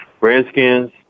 Redskins